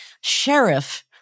Sheriff